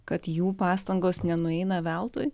kad jų pastangos nenueina veltui